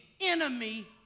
Enemy